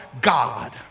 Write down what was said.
God